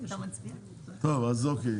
אז אוקיי.